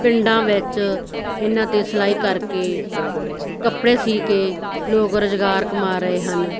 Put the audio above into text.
ਪਿੰਡਾਂ ਵਿੱਚ ਇਹਨਾਂ 'ਤੇ ਸਿਲਾਈ ਕਰਕੇ ਕੱਪੜੇ ਸੀ ਕੇ ਲੋਕ ਰੁਜ਼ਗਾਰ ਕਮਾ ਰਹੇ ਹਨ